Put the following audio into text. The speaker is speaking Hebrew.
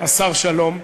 השר שלום.